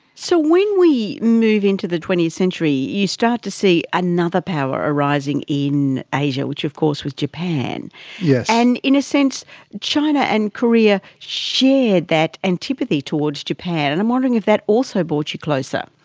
so when we move into the twentieth century you start to see another power arising in asia, which of course was japan yeah and in a sense china and korea shared that antipathy towards japan. and i'm wondering if that also brought you closer.